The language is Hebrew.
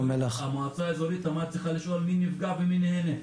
המועצה האזורית תמר צריכה לשאול מי נפגע ומי נהנה.